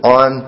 on